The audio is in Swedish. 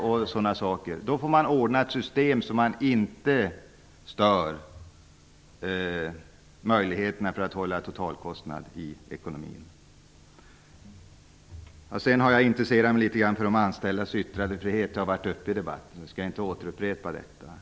Jag menar att man då får ordna ett system där man inte stör möjligheterna att hålla totalkostnaderna i ekonomin nere. Jag har intresserat mig litet grand för de anställdas yttrandefrihet. Frågan har varit uppe i debatten. Jag skall inte återupprepa detta.